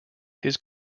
his